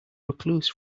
recluse